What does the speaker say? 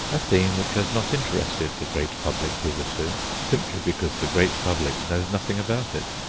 a theme which has not interested the great public hitherto, simply because the great public knows nothing about it.